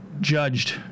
judged